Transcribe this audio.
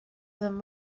them